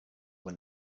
when